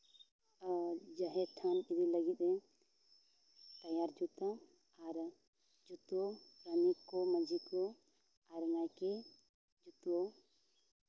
ᱟᱨ ᱡᱟᱦᱮᱨ ᱛᱷᱟᱱ ᱤᱫᱤ ᱞᱟᱹᱜᱤᱫ ᱮ ᱛᱮᱭᱟᱨ ᱡᱩᱛᱟ ᱟᱨ ᱡᱚᱛᱚ ᱯᱟᱨᱟᱱᱤᱠ ᱠᱚ ᱢᱟᱺᱡᱷᱤ ᱠᱚ ᱟᱨ ᱱᱟᱭᱠᱮ ᱡᱚᱛᱚ